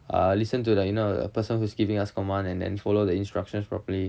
uh listen to the you know person who's giving us commands and follow the instructions properly